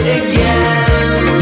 again